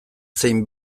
zein